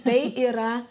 tai yra